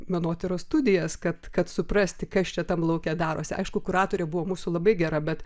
menotyros studijas kad kad suprasti kas čia tam lauke darosi aišku kuratorė buvo mūsų labai gera bet